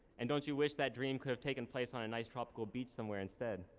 and don't you wish that dream could have taken place on a nice tropical beach somewhere instead?